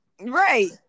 right